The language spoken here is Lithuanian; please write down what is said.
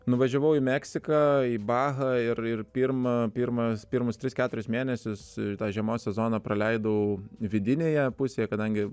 nuvažiavau į meksiką į bahą ir pirmą pirmas pirmus tris keturis mėnesius tą žiemos sezoną praleidau vidinėje pusėje kadangi